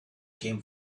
came